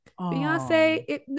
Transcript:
Beyonce